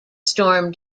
storm